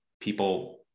people